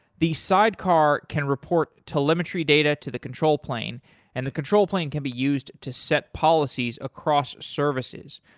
the sidecar can report telemetry data to the control plane and the control plane can be used to set policies across services,